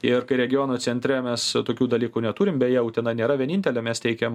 ir kai regiono centre mes tokių dalykų neturim beje utena nėra vienintelė mes teikiam